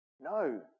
no